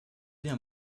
bien